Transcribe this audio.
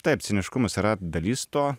taip ciniškumas yra dalis to